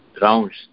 rounds